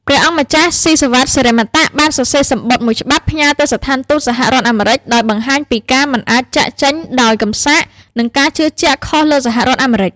ព្រះអង្គម្ចាស់ ស៊ីសុវត្ថិ សិរិមតៈ បានសរសេរសំបុត្រមួយច្បាប់ផ្ញើទៅស្ថានទូតសហរដ្ឋអាមេរិក ដោយបង្ហាញពីការមិនអាចចាកចេញដោយកំសាក និងការជឿជាក់ខុសលើសហរដ្ឋអាមេរិក។